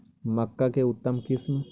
मक्का के उतम किस्म?